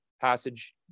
passage